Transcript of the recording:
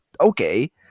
Okay